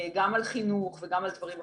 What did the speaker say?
גם על חינוך וגם על דברים אחרים.